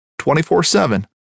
24-7